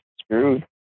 screwed